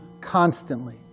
constantly